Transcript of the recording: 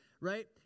Right